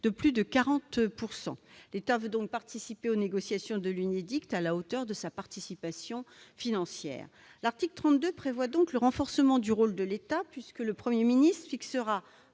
de plus de 40 %. L'État veut par conséquent participer aux négociations de l'UNEDIC à la hauteur de sa participation financière. L'article 32 prévoit donc le renforcement du rôle de l'État, puisque le Premier ministre fixera